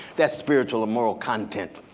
that's spiritual and moral content.